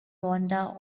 vonda